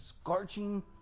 scorching